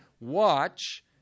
watch